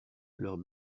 leurs